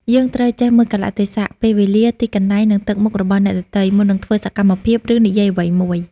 យើងត្រូវចេះមើលកាលៈទេសៈ ពេលវេលា ទីកន្លែង និងទឹកមុខរបស់អ្នកដទៃ មុននឹងធ្វើសកម្មភាព ឬនិយាយអ្វីមួយ។